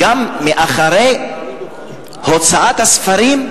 אחרי הוצאת הספרים,